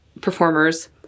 performers